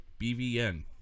BVN